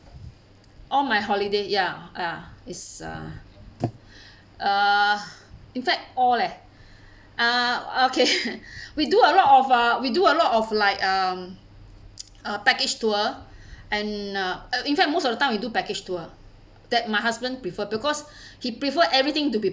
all my holiday ya ah is uh err in fact all eh uh okay we do a lot of uh we do a lot of like um uh package tour and uh in fact most of the time we do package tour that my husband prefer because he prefer everything to be